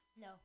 No